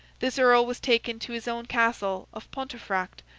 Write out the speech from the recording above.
this earl was taken to his own castle of pontefract,